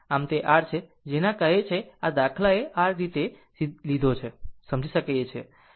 તેથી આ તે r છે જેને આ કહે છે કે આ દાખલાએ આ રીતે લીધો જે આને સમજી શકે